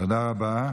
תודה רבה.